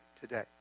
today